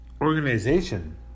Organization